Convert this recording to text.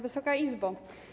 Wysoka Izbo!